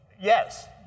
yes